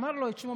אמר לו את שמו.